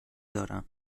دارم